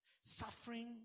suffering